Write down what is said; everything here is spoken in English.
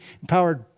empowered